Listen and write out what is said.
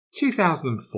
2004